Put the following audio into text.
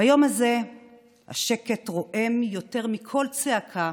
ביום הזה השקט רועם יותר מכל צעקה,